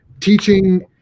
teaching